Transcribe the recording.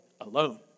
alone